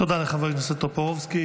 תודה לחבר הכנסת טופורובסקי.